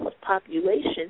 population